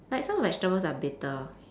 like some vegetables are bitter